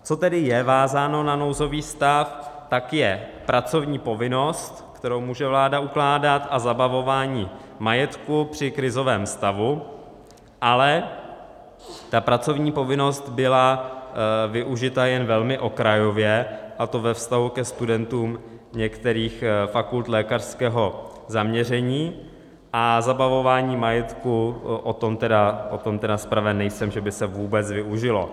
Co tedy je vázáno na nouzový stav, tak je pracovní povinnost, kterou může vláda ukládat, a zabavování majetku při krizovém stavu, ale ta pracovní povinnost byla využita jen velmi okrajově, a to ve vztahu ke studentům některých fakult lékařského zaměření, a zabavování majetku, o tom tedy zpraven nejsem, že by se vůbec využilo.